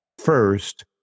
First